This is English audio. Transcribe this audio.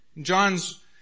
John's